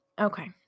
Okay